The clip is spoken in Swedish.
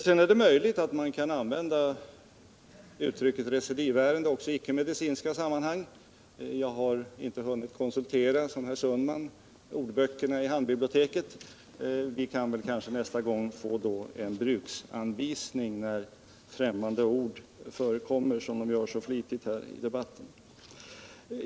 Sedan är det möjligt att man kan använda uttrycket ”recidivärende” också i icke medicinska sammanhang. Jag har inte som herr Sundman hunnit konsultera ordböckerna i handbiblioteket, men vi kanske nästa gång i stället kunde få en bruksanvisning när främmande ord används, vilket sker så flitigt här i debatten.